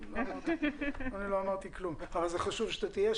אני רוצה להודות לך